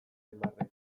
aimarrek